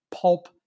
pulp